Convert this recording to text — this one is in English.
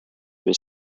was